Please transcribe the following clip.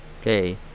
Okay